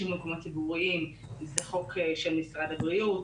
במקומות ציבוריים זה חוק של משרד הבריאות,